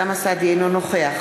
אינו נוכח